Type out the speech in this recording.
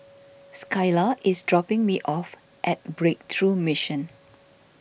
Skyla is dropping me off at Breakthrough Mission